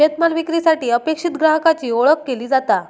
शेतमाल विक्रीसाठी अपेक्षित ग्राहकाची ओळख केली जाता